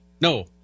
No